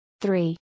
three